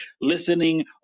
listening